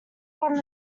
what